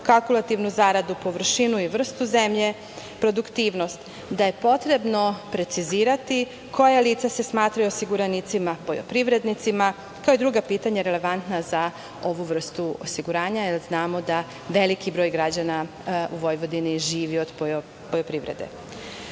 kalkulativnu zaradu, površinu i vrstu zemlje, produktivnost, da je potrebno precizirati koja lica se smatraju osiguranicima poljoprivrednicima, kao i druga pitanja relevantna za ovu vrstu osiguranja, jer znamo da veliki broj građana u Vojvodini živi od poljoprivrede. Kao